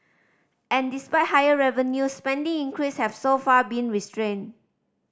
and despite higher revenues spending increase have so far been restrained